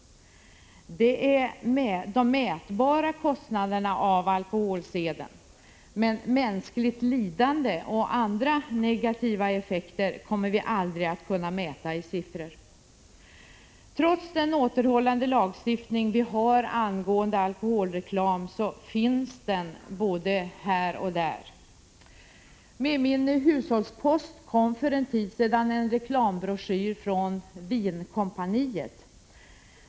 Detta är mätbara kostnader av alkoholseden. Men mänskligt lidande och andra negativa effekter kommer vi aldrig att kunna mäta i siffror. Trots den återhållande lagstiftning vi har angående alkoholreklam så finns den både här och där. Med min hushållspost kom för en tid sedan en reklambroschyr från Vinkompaniet.